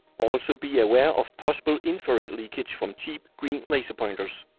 also be aware of possible infrared leakage from cheap, green laser pointers.